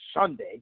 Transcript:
Sunday